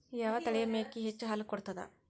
ಯಾವ ತಳಿಯ ಮೇಕಿ ಹೆಚ್ಚ ಹಾಲು ಕೊಡತದ?